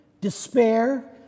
Despair